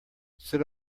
sit